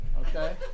Okay